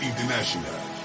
International